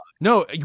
No